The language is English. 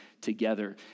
together